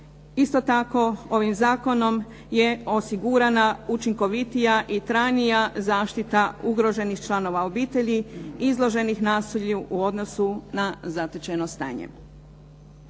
Isto tako, ovim zakonom je osigurana učinkovitija i trajnija zaštita ugroženih članova obitelji, izloženih nasilju u odnosu na zatečeno stanje.